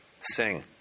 sing